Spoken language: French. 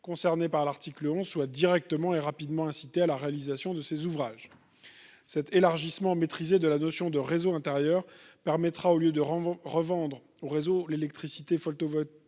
concernés par l'article 11 soient directement et rapidement incités à la réalisation de ces ouvrages. Cet élargissement maîtrisé de la notion de réseau intérieur permettra, au lieu de revendre au réseau l'électricité